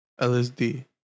LSD